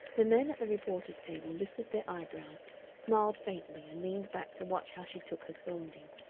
the men at the reporter's table lifted their eyebrows, smiled faintly, and leaned back to watch how she took her scolding.